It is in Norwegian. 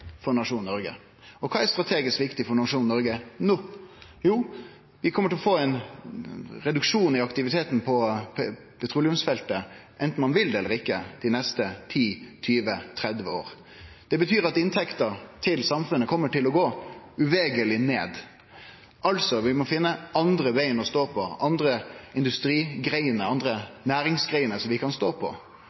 for nasjonen Noreg no? Vi kjem til å få ein reduksjon i aktiviteten på petroleumsfeltet anten ein vil det eller ikkje dei neste ti–tjue–tretti åra. Det betyr at inntekta til samfunnet uvegerleg kjem til å gå ned. Altså må vi finne andre bein – andre industriar og næringsgreiner – å stå på. Vi må ha ein aktiv stat for at det skal skje, for det skjer ikkje av seg sjølv. Det er berre å sjå på